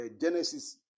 Genesis